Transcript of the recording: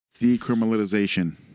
decriminalization